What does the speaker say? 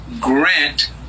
grant